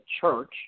church